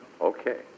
Okay